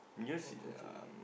do you see um